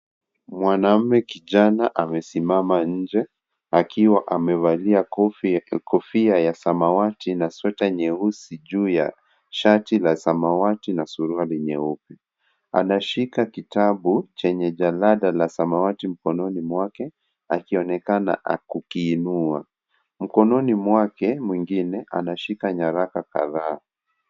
Mwanaume kijana amesimama nje akiwa amevalia kofia ya samawati na sweta nyeusi juu ya shati la samawati na suruali nyeupe, anashika kitabu chenye jalada la samawati mkononi mwake, akionekana kukiinua, mkononi mwake mwingine anashika nyaraka kadhaa.